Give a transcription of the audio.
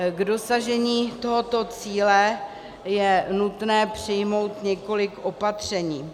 K dosažení tohoto cíle je nutné přijmout několik opatření.